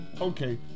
Okay